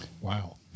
Wow